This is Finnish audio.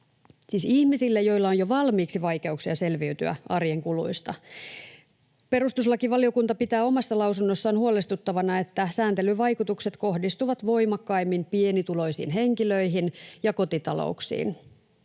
ihmisille, joilla on jo valmiiksi vaikeuksia selviytyä arjen kuluista. Perustuslakivaliokunta pitää omassa lausunnossaan huolestuttavana, että sääntelyn vaikutukset kohdistuvat voimakkaimmin pienituloisiin henkilöihin ja kotitalouksiin.